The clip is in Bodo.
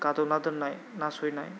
गादबना दोननाय नासयनाय